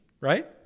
right